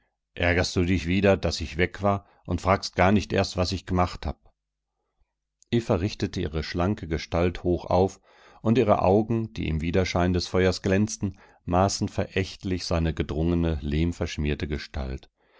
hervorstieß ärgerst du dich wieder daß ich weg war und fragst gar nicht erst was ich gemacht hab eva richtete ihre schlanke gestalt hoch auf und ihre augen die im widerschein des feuers glänzten maßen verächtlich seine gedrungene lehmverschmierte gestalt